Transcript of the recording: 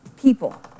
people